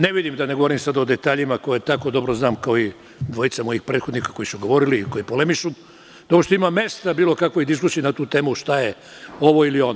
Ne vidim, a ne bih da govorim o detaljima koje tako dobro znam kao i dvojica mojih prethodnika koji su govorili i koji polemišu, da uopšte ima mesta bilo kakvoj diskusiji na tu temu šta je ovo ili ono.